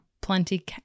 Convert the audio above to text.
plenty